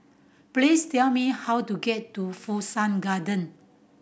please tell me how to get to Fu Shan Garden